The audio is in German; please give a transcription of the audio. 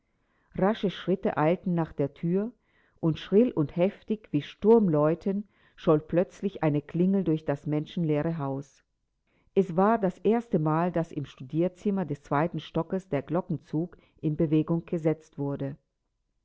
rasche schritte eilten nach der thür und schrill und heftig wie sturmläuten scholl plötzlich eine klingel durch das menschenleere haus es war das erste mal daß im studierzimmer des zweiten stockes der glockenzug in bewegung gesetzt wurde